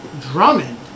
Drummond